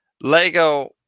Lego